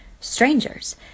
strangers